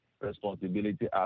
responsibility